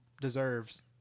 deserves